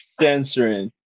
censoring